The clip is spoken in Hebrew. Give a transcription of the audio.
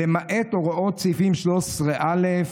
"למעט הוראות סעיפים 13(א),